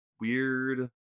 weird